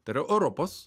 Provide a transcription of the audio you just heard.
tai yra europos